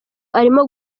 arimo